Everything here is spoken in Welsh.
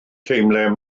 teimlai